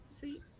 See